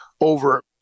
over